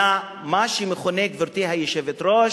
אלא מה שמכונה, גברתי היושבת-ראש,